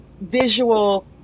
visual